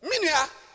Minya